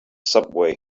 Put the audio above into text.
subway